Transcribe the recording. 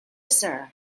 sir